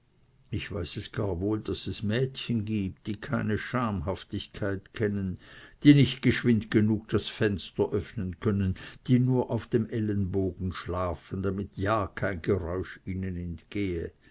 ich weiß es gar wohl daß es mädchen gibt die keine schamhaftigkeit kennen die nicht geschwind genug das fenster öffnen können die nur auf dem ellenbogen schlafen damit ja kein geräusch ihnen entgehe